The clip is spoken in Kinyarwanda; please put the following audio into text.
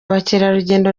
abakerarugendo